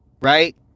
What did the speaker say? Right